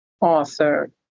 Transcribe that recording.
author